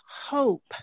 hope